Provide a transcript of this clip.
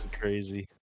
crazy